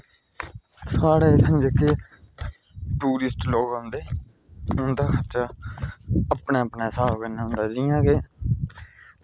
साढ़े इत्थें जेह्के टुरिस्ट लोक औंदे उंदा खर्चा अपना अपना स्हाब कन्नै होंदा जियां कि